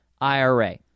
IRA